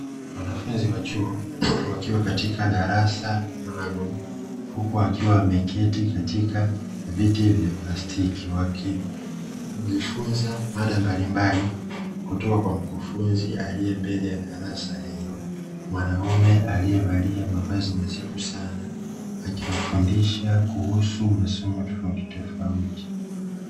Wanafunzi wa chuo wakiwa katika darasa maalumu huku wakiwa wameketi katika viti vya plastiki, wakijifunza mada mbalimbali kutoka kwa mkufunzi aliye mbele ya darasa hilo, mwanaume aliyevalia mavazi nadhifu sana akiwafundisha kuhusu masomo tofautitofauti.